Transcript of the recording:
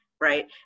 right